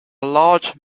large